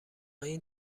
این